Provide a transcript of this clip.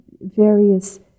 various